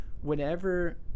whenever